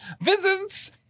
visits